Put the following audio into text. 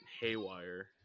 haywire